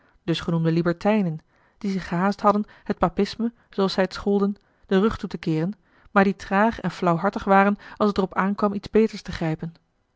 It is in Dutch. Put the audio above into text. dus genoemde libertijnen die zich gehaast hadden het papisme zooals zij het scholden den rug toe te keeren maar die traag en flauwhartig waren als het er op aankwam iets beters te grijpen